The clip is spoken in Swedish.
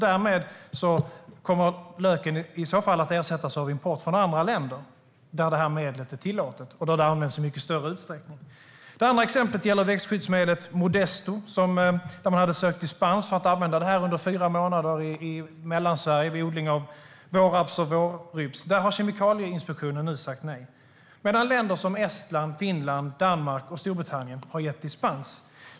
Därmed kommer löken att ersättas av importerad lök från andra länder, där detta medel är tillåtet och där det används i mycket större utsträckning. Det andra exemplet gäller växtskyddsmedlet Modesto. Man hade sökt dispens för att använda detta under fyra månader i Mellansverige vid odling av vårraps och vårrybs. Men Kemikalieinspektionen har nu sagt nej. Däremot har länder som Estland, Finland, Danmark och Storbritannien gett dispens.